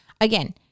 again